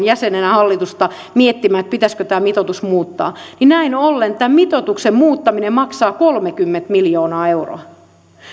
jäsenenä hallitusta miettimään että pitäisikö tämä mitoitus muuttaa näin ollen tämän mitoituksen muuttaminen maksaa kolmekymmentä miljoonaa euroa